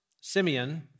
Simeon